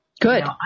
Good